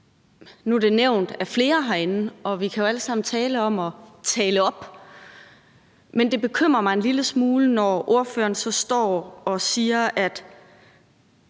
blevet nævnt af flere herinde. Vi kan jo alle sammen tale om at tale det op, men det bekymrer mig en lille smule, når ordføreren så står og siger, at